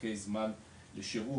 פרקי זמן לשירות,